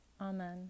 Amen